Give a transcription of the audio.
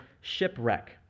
shipwreck